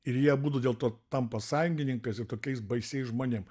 ir jie abudu dėl to tampa sąjungininkais ir tokiais baisiais žmonėm